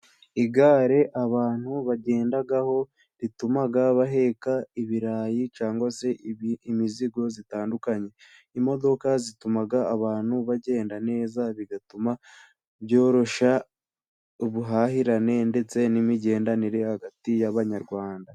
Igare abantu bagendaho rituma baheka ibirayi cyangwa imizigo itandukanye. Imodoka zituma abantu bagenda neza bikoroshya imihahirane hagati y'abanyarwanda.